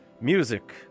Music